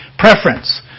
Preference